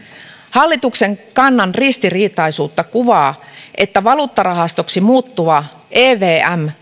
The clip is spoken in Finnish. hallituksen kannan ristiriitaisuutta kuvaa että valuuttarahastoksi muuttuva evm